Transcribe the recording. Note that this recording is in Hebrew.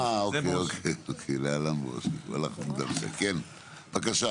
כן, בבקשה.